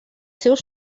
seus